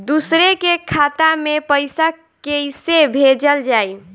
दूसरे के खाता में पइसा केइसे भेजल जाइ?